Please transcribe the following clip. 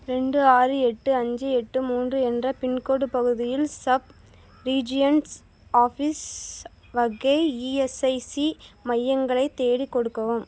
ரெண்டு ஆறு எட்டு அஞ்சு எட்டு மூன்று என்ற பின்கோடு பகுதியில் சப் ரீஜியன்ஸ் ஆஃபீஸ் வகை இஎஸ்ஐசி மையங்களைத் தேடி கொடுக்கவும்